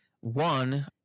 One